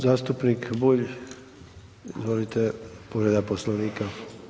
Zastupnik Bulj, izvolite povreda Poslovnika.